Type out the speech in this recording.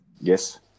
Yes